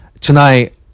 Tonight